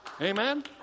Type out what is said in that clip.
Amen